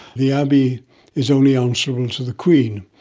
the abbey is only answerable to the queen,